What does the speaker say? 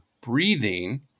breathing